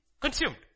consumed